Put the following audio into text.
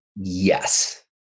yes